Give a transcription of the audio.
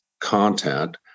content